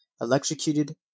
electrocuted